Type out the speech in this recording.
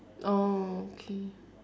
oh okay